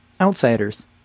outsiders